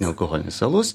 nealkoholinis alus